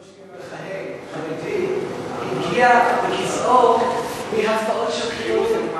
חשוב רק לציין שראש העיר המכהן החרדי הגיע לכיסאו בהצבעות של חילונים,